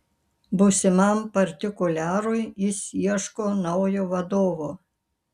būsimam partikuliarui jis ieško naujo vadovo